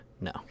No